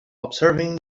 observing